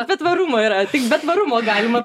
apie tvarumą yra tik be tvarumo galima